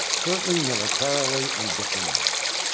certainly militarily and diplomatically.